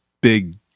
big